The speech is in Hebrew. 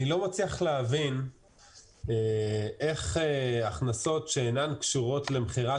אני לא מצליח להבין איך הכנסות שאינן קשורות למכירת